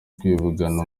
kwivugana